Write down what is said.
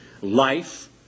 life